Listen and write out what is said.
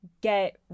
get